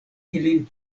ilin